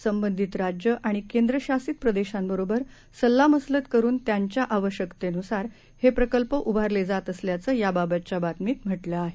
संबंधितराज्यआणिकेंद्रशासितप्रदेशांवरोबरसल्लामसलतकरूनत्यांच्याआवश्यकतेनुसारहेप्रकल्पउभारलेजातअसल्याचंयाबाबतच्याबातमी तम्हटलंआहे